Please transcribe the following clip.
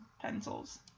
pencils